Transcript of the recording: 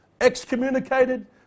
excommunicated